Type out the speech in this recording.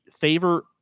favor